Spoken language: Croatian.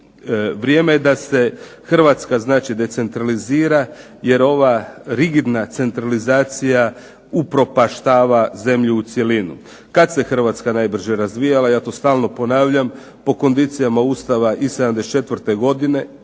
Vrijeme je da se Hrvatska decentralizira jer ova rigidna centralizacija upropaštava zemlju u cjelinu. Kada se Hrvatska najbrže razvijala ja to stalno ponavljam po kondicijama Ustava iz 74. godine,